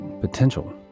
potential